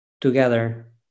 Together